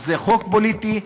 אז זה חוק פוליטי,